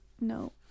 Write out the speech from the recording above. No